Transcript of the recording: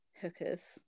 hookers